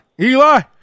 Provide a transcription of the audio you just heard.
Eli